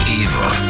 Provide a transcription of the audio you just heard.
evil